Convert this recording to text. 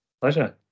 Pleasure